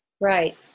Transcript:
Right